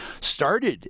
started